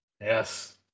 Yes